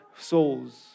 souls